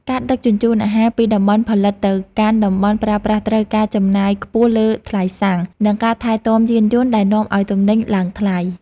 ការដឹកជញ្ជូនអាហារពីតំបន់ផលិតទៅកាន់តំបន់ប្រើប្រាស់ត្រូវការចំណាយខ្ពស់លើថ្លៃសាំង និងការថែទាំយានយន្តដែលនាំឱ្យទំនិញឡើងថ្លៃ។